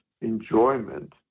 enjoyment